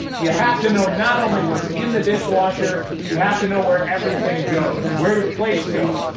you have to know not only what's in the dishwasher, you have to know where everything goes. where do the plates go?